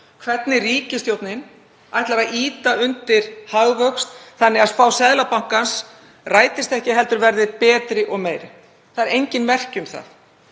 hvernig ríkisstjórnin ætlar að ýta undir hagvöxt þannig að spá Seðlabankans rætist ekki heldur verði betri og meiri. Það eru engin merki um það.